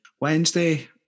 Wednesday